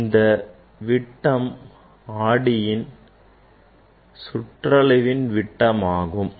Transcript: இதன் விட்டம் ஆடியின் சுற்றளவின் விட்டமாகும்